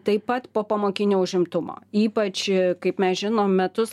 taip pat popamokinio užimtumo ypač kaip mes žinom metus